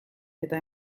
eta